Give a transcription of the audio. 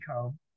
come